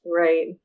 Right